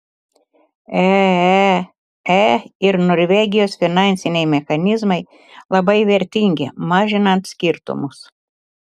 eee ir norvegijos finansiniai mechanizmai labai vertingi mažinant skirtumus